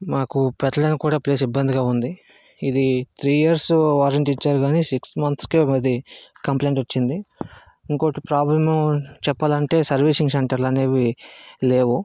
మాకు పెట్టడానికి కూడా ప్లేస్ ఇబ్బందిగా ఉంది ఇది త్రీ ఇయర్స్ వారంటీ ఇచ్చారు కానీ సిక్స్ మంత్స్కే ఇది కంప్లైంట్ వచ్చింది ఇంకొకటి ప్రాబ్లం చెప్పాలి అంటే సర్వీసింగ్ సెంటర్లు అనేవి లేవు